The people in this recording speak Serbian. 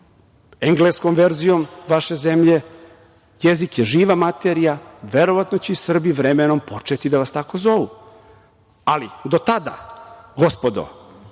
engleskom verzijom vaše zemlje, jezik je živa materija, verovatno će i Srbi vremenom početi da vas tako zovu. Ali do tada, gospodo,